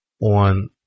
on